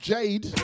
Jade